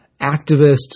activists